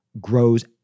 grows